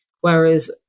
Whereas